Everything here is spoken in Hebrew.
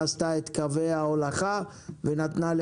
כאן צריך קצת ראש גדול, עם נשמה במשרדי הממשלה.